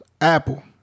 Apple